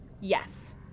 Yes